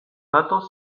datos